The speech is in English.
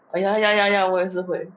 oh ya ya ya ya 我也是会